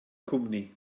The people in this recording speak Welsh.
cwmni